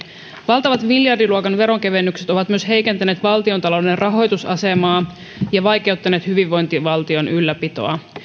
valtavat miljardiluokan veronkevennykset ovat myös heikentäneet valtiontalouden rahoitusasemaa ja vaikeuttaneet hyvinvointivaltion ylläpitoa